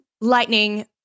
lightning